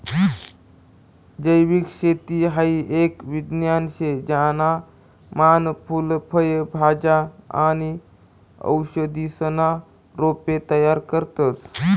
जैविक शेती हाई एक विज्ञान शे ज्याना मान फूल फय भाज्या आणि औषधीसना रोपे तयार करतस